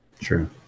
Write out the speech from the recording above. True